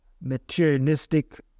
materialistic